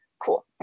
Cool